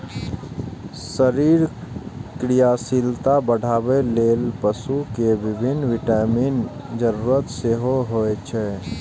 शरीरक क्रियाशीलता बढ़ाबै लेल पशु कें विभिन्न विटामिनक जरूरत सेहो होइ छै